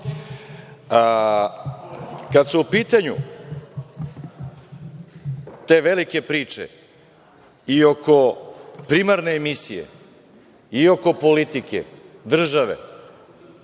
su u pitanju te velike priče i oko primarne emisije i oko politike države